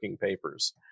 papers